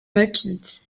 merchants